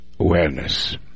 awareness